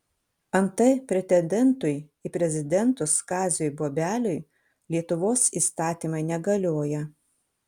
antai pretendentui į prezidentus kaziui bobeliui lietuvos įstatymai negalioja